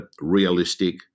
realistic